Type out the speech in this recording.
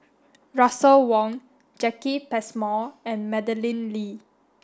Russel Wong Jacki Passmore and Madeleine Lee